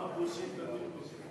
חברת הכנסת לנדבר, בבקשה.